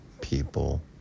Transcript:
people